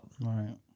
Right